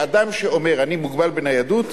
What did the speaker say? שאדם שאומר: אני מוגבל בניידות,